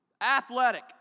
athletic